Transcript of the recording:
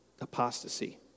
Apostasy